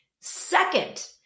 second